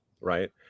right